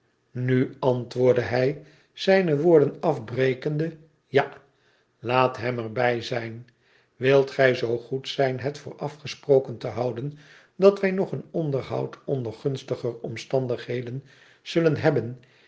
nu antwoordde hij zijne woorden afbrekende ja laat hem er bij zijn wilt gij zoo goed zijn het voor afgesproken te houden dat wij nog een onderhoud onder gunstiger omstandighedea zullen hebben